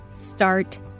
start